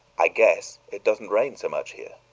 i guess it doesn't rain so much here!